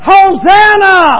Hosanna